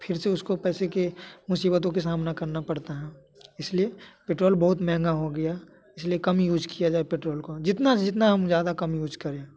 फिर से उसको पैसे के मुसीबतों के सामना करना पड़ता है इस लिए पेट्रौल बहुत महँगा हो गया इसी लिए कम यूज़ किया जाए पेट्रोल को जितना से जितना हम ज़्यादा कम यूज करें